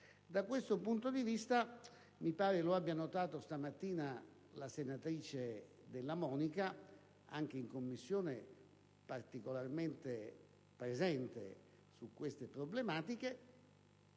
Da questo punto di vista - mi pare lo abbia notato stamattina la senatrice Della Monica, anche in Commissione particolarmente presente su queste problematiche